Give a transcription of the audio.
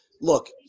look